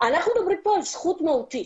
אנחנו מדברים פה על זכות מהותית.